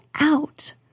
out